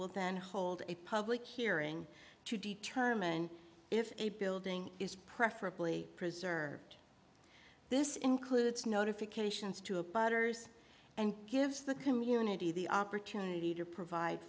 will then hold a public hearing to determine if a building is preferably preserved this includes notifications to a potters and gives the community the opportunity to provide